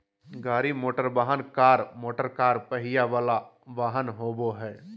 गाड़ी मोटरवाहन, car motorcar पहिया वला वाहन होबो हइ